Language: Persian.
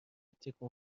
تکون